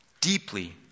Deeply